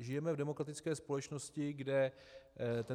Žijeme v demokratické společnosti, kde